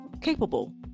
capable